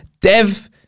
Dev